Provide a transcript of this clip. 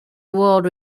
award